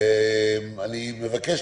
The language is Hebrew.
אני מבקש,